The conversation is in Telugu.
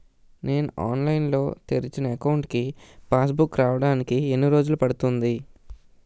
నేను ఆన్లైన్ లో తెరిచిన అకౌంట్ కి పాస్ బుక్ రావడానికి ఎన్ని రోజులు పడుతుంది?